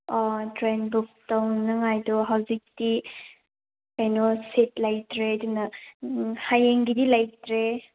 train book ꯇꯧꯅꯤꯡꯉꯥꯏꯗꯣ ꯍꯧꯖꯤꯛꯇꯤ ꯀꯩꯅꯣ ꯁꯤꯠ ꯂꯩꯇ꯭ꯔꯦ ꯑꯗꯨꯅ ꯍꯌꯦꯡꯒꯤꯗꯤ ꯂꯩꯇ꯭ꯔꯦ